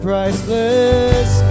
Priceless